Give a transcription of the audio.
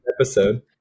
episode